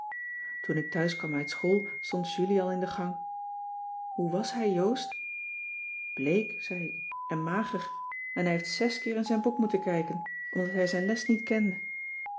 toen ik thuiskwam uit school stond julie al in de gang hoe was hij joost bleek zei ik en mager en hij heeft zes keer in zijn boek moeten kijken omdat hij zijn les niet kende